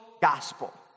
gospel